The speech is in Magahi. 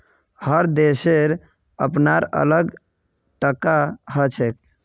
हर देशेर अपनार अलग टाका हछेक